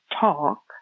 talk